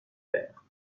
père